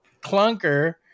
clunker